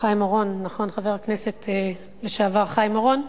חיים אורון, נכון, חבר הכנסת לשעבר חיים אורון,